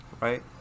right